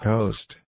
Host